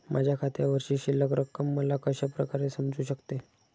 माझ्या खात्यावरची शिल्लक रक्कम मला कशा प्रकारे समजू शकते?